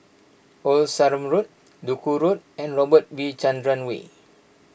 Old Sarum Road Duku Road and Robert V Chandran Way